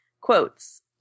Quotes